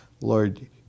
Lord